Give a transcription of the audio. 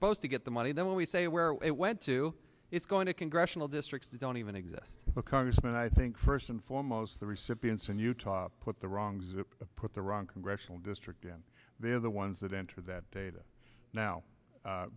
supposed to get the money then we say where it went to it's going to congressional districts don't even exist congressman i think first and foremost the recipients in utah put the wrong zip put the wrong congressional district and they're the ones that enter that data now